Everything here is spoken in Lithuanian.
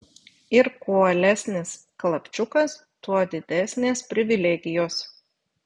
ir kuo uolesnis klapčiukas tuo didesnės privilegijos